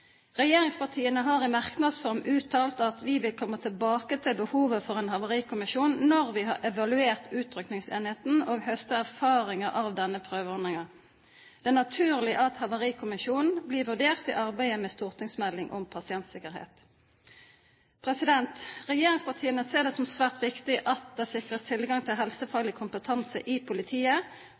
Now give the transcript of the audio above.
Regjeringspartiene har i merknadsform uttalt at vi vil komme tilbake til behovet for en havarikommisjon når vi har evaluert utrykningsenheten og høstet erfaringer av denne prøveordningen. Det er naturlig at en havarikommisjon blir vurdert i arbeidet med en stortingsmelding om pasientsikkerhet. Regjeringspartiene ser det som svært viktig at det sikres tilgang til helsefaglig kompetanse i politiet